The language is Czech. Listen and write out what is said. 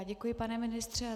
Děkuji, pane ministře.